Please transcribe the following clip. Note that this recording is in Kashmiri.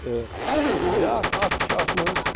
تہٕ بیٛاکھ اَکھ چھِ اَتھ منٛز